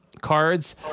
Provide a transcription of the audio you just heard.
cards